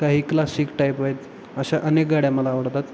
काही classic type आहेत अशा अनेक गाड्या मला आवडतात